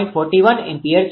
41 ampere છે